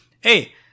Hey